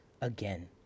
again